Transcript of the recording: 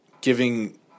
giving